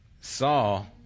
Saul